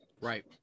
Right